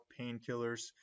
painkillers